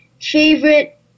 favorite